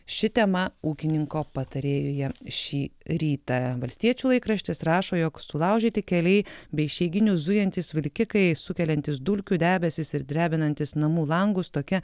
ši tema ūkininko patarėjuje šį rytą valstiečių laikraštis rašo jog sulaužyti keliai be išeiginių zujantys vilkikai sukeliantys dulkių debesis ir drebinantys namų langus tokia